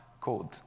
code